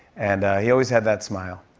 and he always had that smile,